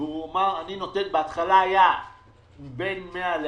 בהתחלה היה בין 400-100,